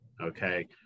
okay